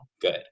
good